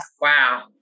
Wow